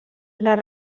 les